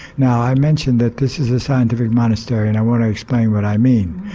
now i mentioned that this is a scientific monastery and i want to explain what i mean.